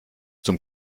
zum